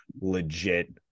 legit